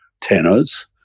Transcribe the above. tenors